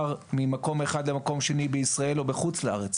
ממקום אחד למקום שני בישראל או בחוץ לארץ.